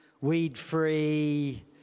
weed-free